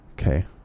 Okay